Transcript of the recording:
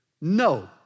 No